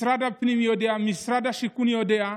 משרד הפנים יודע, משרד השיכון יודע: